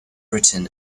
britain